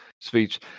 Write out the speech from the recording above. speech